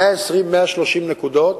120 130 נקודות